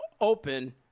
open